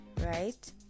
right